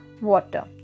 water